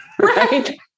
Right